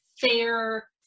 fair